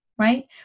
right